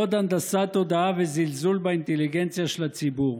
עוד הנדסת תודעה וזלזול באינטליגנציה של הציבור.